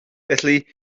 felly